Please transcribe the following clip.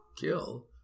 kill